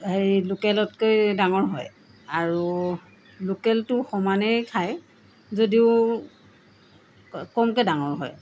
হেৰি লোকেলতকৈ ডাঙৰ হয় আৰু লোকেলটো সমানেই খায় যদিও কমকৈ ডাঙৰ হয়